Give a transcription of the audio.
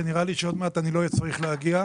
שנראה לי שעוד מעט אני לא אצטרך להגיע,